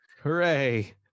Hooray